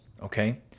okay